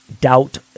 doubt